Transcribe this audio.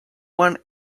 want